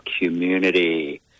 community